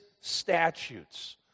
statutes